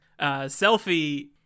Selfie